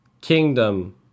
kingdom